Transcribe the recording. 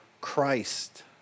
Christ